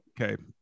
Okay